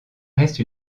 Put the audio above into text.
reste